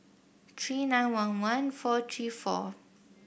three nine one one four three four